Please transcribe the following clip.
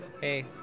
Hey